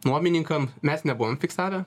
nuomininkam mes nebuvom fiksavę